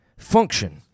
Function